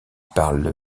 parlent